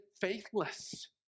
faithless